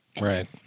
Right